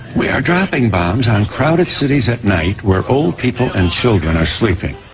we are dropping bombs on crowded cities at night where old people and children are sleeping.